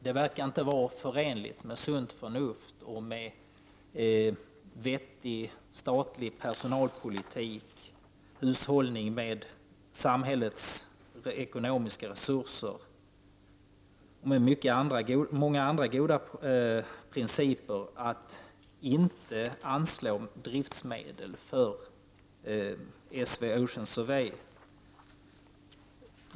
Det verkar inte vara förenligt med sunt förnuft och vettig statlig personalpolitik, med hushållningen av ett samhälles ekonomiska resurser och med många andra goda principer att inte anslå driftsmedel för S/V Ocean Surveyor.